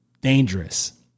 dangerous